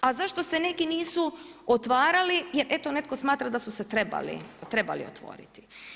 A zašto se neki nisu otvarali, jer eto netko smatra da su se trebali otvoriti.